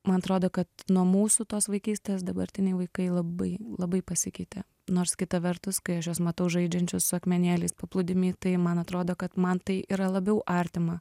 man atrodo kad nuo mūsų tos vaikystės dabartiniai vaikai labai labai pasikeitė nors kita vertus kai aš juos matau žaidžiančius su akmenėliais paplūdimy tai man atrodo kad man tai yra labiau artima